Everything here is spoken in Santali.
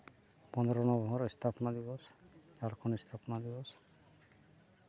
ᱯᱚᱸᱫᱽᱨᱚ ᱱᱚᱵᱷᱮᱢᱵᱚᱨ ᱮᱥᱛᱷᱟᱯᱚᱱᱟ ᱫᱤᱵᱚᱥ ᱡᱷᱟᱲᱠᱷᱚᱸᱰ ᱮᱥᱛᱷᱟᱯᱚᱱᱟ ᱫᱤᱵᱚᱥ